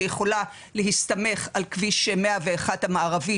שיכולה להסתמך על כביש 101 המערבי,